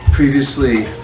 Previously